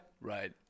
Right